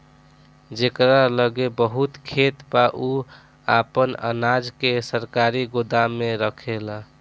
जेकरा लगे बहुत खेत बा उ आपन अनाज के सरकारी गोदाम में रखेला